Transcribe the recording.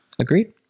Agreed